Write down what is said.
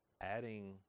adding